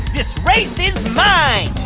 this race is mine.